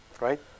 right